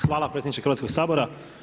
Hvala predsjedniče Hrvatskoga sabora.